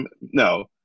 no